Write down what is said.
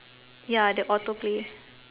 ya the autoplay